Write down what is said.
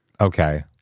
okay